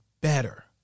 better